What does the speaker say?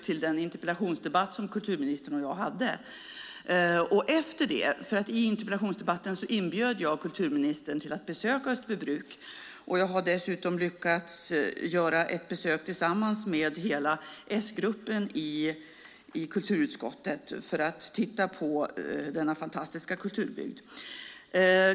I interpellationsdebatten inbjöd jag kulturministern till att besöka Österbybruk, och jag har dessutom lyckats göra besök tillsammans med hela S-gruppen i kulturutskottet för att titta på denna fantastiska kulturbygd.